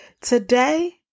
Today